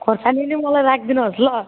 खोर्सानी नि मलाई राखिदिनुहोस् ल